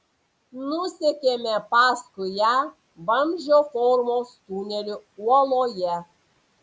nusekėme paskui ją vamzdžio formos tuneliu uoloje